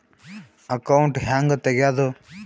Account ಹ್ಯಾಂಗ ತೆಗ್ಯಾದು?